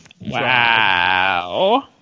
Wow